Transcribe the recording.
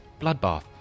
bloodbath